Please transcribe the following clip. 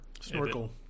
Snorkel